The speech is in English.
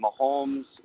Mahomes